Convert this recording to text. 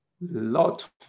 Lot